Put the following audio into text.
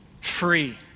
free